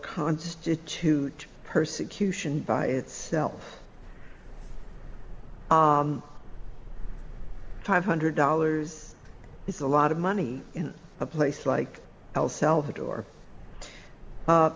constitute persecution by itself tight hundred dollars is a lot of money in a place like el salvador